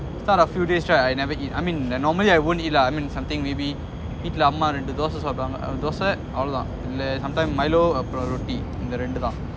start a few days right I never eat I mean like normally I won't eat lah I mean something maybe வீட்ல அம்மா ரெண்டு தோச சாப்பிடுவாங்க ரெண்டு தோச அவளவுதான் இல்ல:veetla amma rendu thosa saapiduwanga rendu thosa avalavuthaan illa sometime milo a priority இந்த ரெண்டுதான்:intha renduthaan